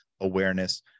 awareness